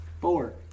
Four